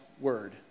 word